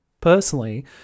personally